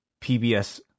PBS